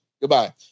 Goodbye